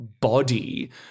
body